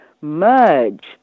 merge